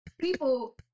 people